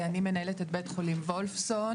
אני מנהלת את בית חולים וולפסון,